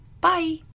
bye